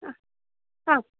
ಹಾಂ ಹಾಂ